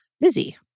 busy